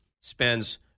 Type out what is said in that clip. spends